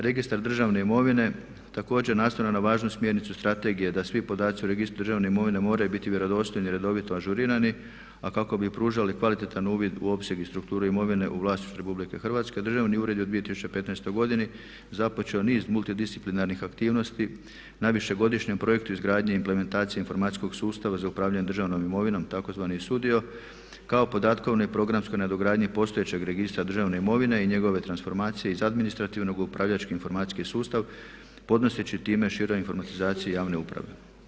Registar državne imovine također nastavno na važnu smjernicu strategije da svi podaci u registru državne imovine moraju biti vjerodostojni i redovito ažurirani a kako bi pružali kvalitetan uvid u opseg i strukturu imovine u vlasništvu Republike Hrvatske Državni ured je u 2015. godini započeo niz multidisciplinarnih aktivnosti na višegodišnjem projektu izgradnje i implementacije informacijskog sustava za upravljanje državnom imovinom tzv. … [[Ne razumije se.]] kao podatkovnoj programskoj nadogradnji postojećeg registra državne imovine i njegove transformacije iz administrativnog u upravljački informacijski sustav podnoseći time široj informatizaciji javne uprave.